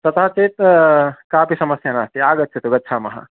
तथा चेत् कापि समस्या नास्ति आगच्छतु गच्छामः